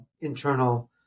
internal